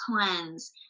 cleanse